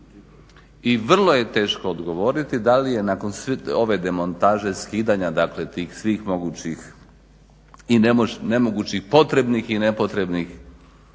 I vrlo je teško odgovoriti da li je nakon ove demontaže skidanja, dakle tih svih mogućih i nemogućih potrebnih i nepotrebnih